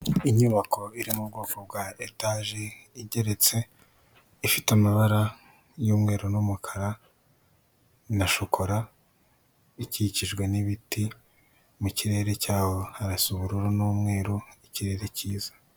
Inyubako iri mu bwoko bwa etage igeretse. Ifite amabara y'umweru n'umukara na shokora. Ikikije n'ibiti, mu kirere cyaho harasa ubururu, ikirere cyiza.